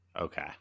Okay